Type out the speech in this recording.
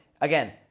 again